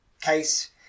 case